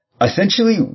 essentially